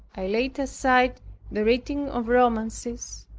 i laid aside the reading of romances,